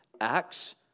Acts